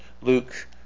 Luke